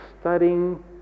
studying